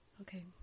Okay